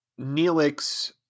Neelix